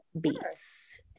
beats